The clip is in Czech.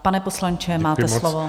Pane poslanče, máte slovo.